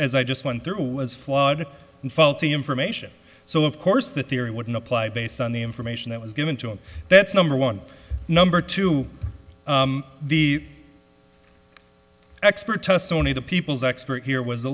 as i just went through was flawed and faulty information so of course the theory wouldn't apply based on the information that was given to him that's number one number two the expert testimony the people's expert here was a